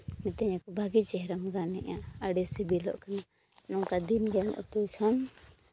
ᱢᱤᱛᱟᱹᱧᱟᱠᱚ ᱵᱷᱟᱹᱜᱤ ᱪᱮᱦᱨᱟᱢ ᱜᱟᱱᱮᱫᱼᱟ ᱟᱹᱰᱤ ᱥᱤᱵᱤᱞᱚᱜ ᱠᱟᱱᱟ ᱱᱚᱝᱠᱟ ᱫᱤᱱᱜᱮᱢ ᱩᱛᱩᱭ ᱠᱷᱟᱱ